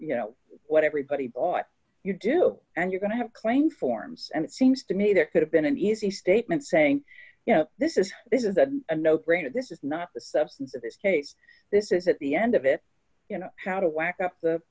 you know what everybody ought you do and you're going to have claim forms and it seems to me there could have been an easy statement saying you know this is this isn't a no brainer this is not the substance of this case this is at the end of it you know how to w